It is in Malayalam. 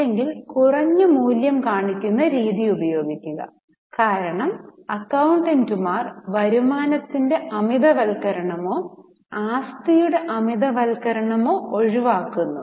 അല്ലെങ്കിൽ കുറഞ്ഞ മൂല്യം കാണിക്കുന്ന രീതി ഉപയോഗിക്കുക കാരണം അക്കൌണ്ടന്റുമാർ വരുമാനത്തിന്റെ അമിതവൽക്കരണമോ ആസ്തിയുടെ അമിതവൽക്കരണമോ ഒഴിവാക്കുന്നു